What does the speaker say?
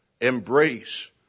embrace